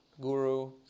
guru